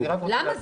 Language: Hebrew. למה?